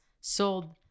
sold